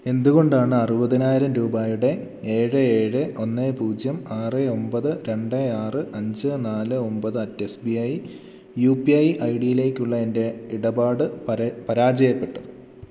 എന്തുകൊണ്ടാണ് അറുപതിനായിരം രൂപയുടെ ഏഴ് ഏഴ് ഒന്ന് പൂജ്യം ആറ് ഒമ്പത് രണ്ട് ആറ് അഞ്ച് നാല് ഒമ്പത് at S B I U P I I ഡിയിലേക്കുള്ള എൻ്റെ ഇടപാട് പര പരാജയപ്പെട്ടത്